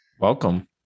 Welcome